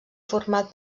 format